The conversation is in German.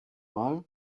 mal